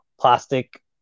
plastic